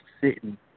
sitting